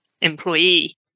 employee